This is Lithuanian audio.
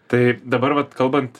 tai dabar vat kalbant